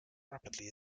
rapidly